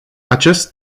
acest